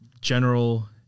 general